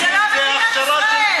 אנחנו מנהלים את הארץ הזאת ואת המדינה הזאת.